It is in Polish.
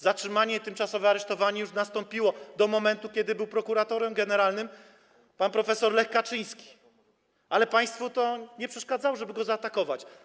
Zatrzymanie i tymczasowe aresztowanie już nastąpiły do momentu, kiedy prokuratorem generalnym został pan prof. Lech Kaczyński, ale państwu to nie przeszkadzało go zaatakować.